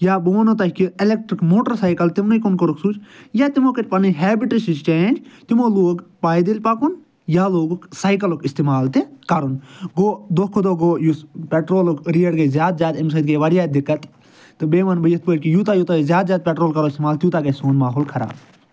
یا بہٕ وَنو تۄہہِ کہِ ایٚلیٚکٹرٛک موٹر سایکَل تِمنٕے کُن کوٚرُکھ سُچ یا تِمو کٔرۍ پَنٕنۍ ہیبِٹٕس چینٛج تِمو لوگ پَیدٔلۍ پَکُن یا لوگُکھ سایکَلُک اِستعمال تہِ کَرُن گوٚو دۄہ کھۄ دۄہ گوٚو یُس پیٹرولک ریٹ گٔے زیاد زیاد اَمہِ سۭتۍ گٔے واریاہ دِقت تہٕ بیٚیہِ وَنہٕ بہٕ یِتھ پٲٹھۍ یوٗتاہ أسۍ زیاد زیاد پیٚٹرول کرو اِستعمال تیوٗتاہ گَژھِ سون ماحول خراب